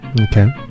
Okay